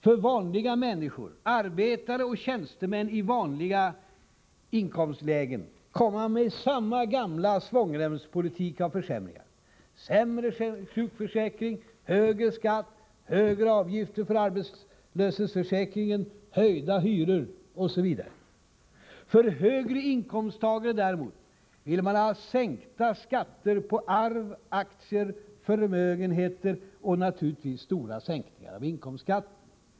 För vanliga människor, arbetare och tjänstemän i vanliga inkomstlägen, kommer man med samma gamla svångremspolitik av försämringar — sämre sjukförsäkring, högre skatt, högre avgift till arbetslöshetsförsäkringen, höjda hyror osv. För högre inkomsttagare däremot vill man ha sänkta skatter på arv, aktier och förmögenheter och naturligtvis stora sänkningar av inkomstskatten.